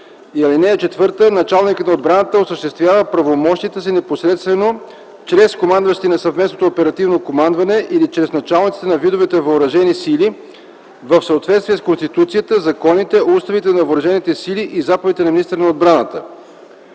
на отбраната. (4) Началникът на отбраната осъществява правомощията си непосредствено чрез командващия на Съвместното оперативно командване или чрез началниците на видовете въоръжени сили в съответствие с Конституцията, законите, уставите на въоръжените сили и заповедите на министъра на отбраната.”